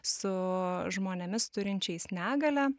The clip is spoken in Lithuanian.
su žmonėmis turinčiais negalią